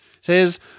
says